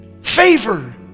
Favor